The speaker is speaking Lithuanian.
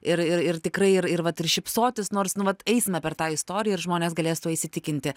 ir ir tikrai ir ir vat ir šypsotis nors nu vat eisime per tą istoriją ir žmonės galės tuo įsitikinti